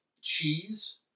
cheese